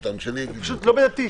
זה פשוט לא מידתי.